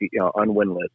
unwinless